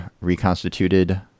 reconstituted